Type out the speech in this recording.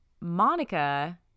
Monica